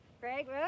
Craig